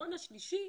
הפתרון השלישי,